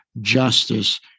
justice